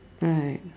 right